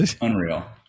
Unreal